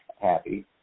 happy